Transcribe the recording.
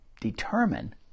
determine